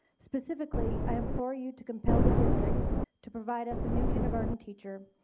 specifically, i implore you to compel the district to provide us a new kindergarten teacher.